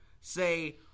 say